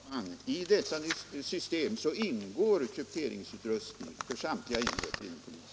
Herr talman! I dessa system ingår krypteringsutrustning för samtliga enheter inom polisen.